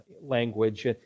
language